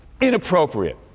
inappropriate